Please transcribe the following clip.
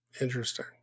Interesting